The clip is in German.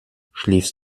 schläfst